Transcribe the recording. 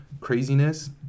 craziness